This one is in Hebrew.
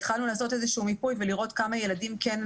התחלנו לעשות איזשהו מיפוי ולראות כמה ילדים כן,